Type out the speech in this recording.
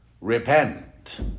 repent